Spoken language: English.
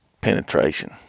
penetration